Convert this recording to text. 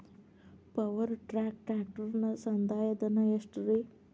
Power track ಟ್ರ್ಯಾಕ್ಟರನ ಸಂದಾಯ ಧನ ಎಷ್ಟ್ ರಿ?